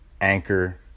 Anchor